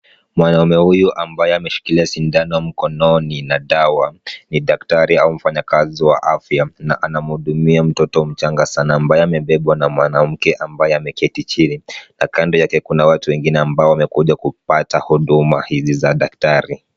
Mwanaume huyu ambaye ameshikilia sindano mkononi na dawa ni daktari au mfanyakazi wa afya na anamhudumia mtoto mchanga sana ambaye amebebwa na mwanamke ambaye ameketi chini na kando yake kuna watu wengine ambao wamekuja kupata huduma hizi za daktari.